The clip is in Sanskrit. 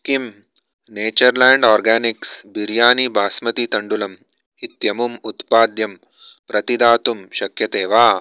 किं नेचर्लाण्ड् आर्गानिक्स् बिर्यानि बास्मति तण्डुलम् इत्यमुम् उत्पाद्यं प्रतिदातुं शक्यते वा